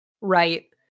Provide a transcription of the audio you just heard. Right